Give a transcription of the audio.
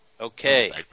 Okay